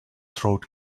throat